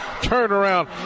turnaround